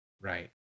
Right